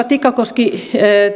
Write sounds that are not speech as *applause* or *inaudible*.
*unintelligible* tikkakoski